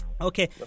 okay